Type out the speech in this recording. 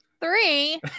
Three